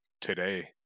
today